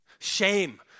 Shame